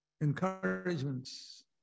encouragements